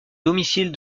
domicile